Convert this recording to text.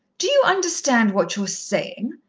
do you understand what you're saying?